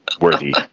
worthy